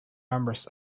members